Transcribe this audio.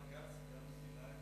בג"ץ גם שינה את החוק,